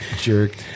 jerk